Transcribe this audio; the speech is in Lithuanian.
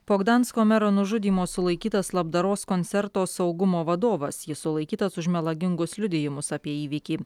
po gdansko mero nužudymo sulaikytas labdaros koncerto saugumo vadovas jis sulaikytas už melagingus liudijimus apie įvykį